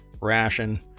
ration